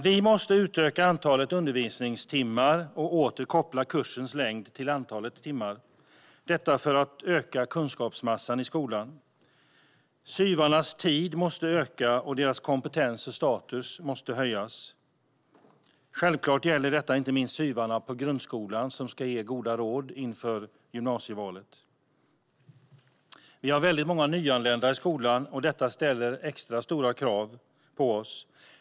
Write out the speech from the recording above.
Vi måste utöka antalet undervisningstimmar och åter koppla kursens längd till antalet timmar för att öka kunskapsmassan i skolan. SYV-arnas tid måste öka och deras kompetens och status höjas. Självklart gäller detta inte minst SYV-arna i grundskolan som ska ge goda råd inför gymnasievalet. Vi har många nyanlända i skolan. Detta ställer extra stora krav på oss.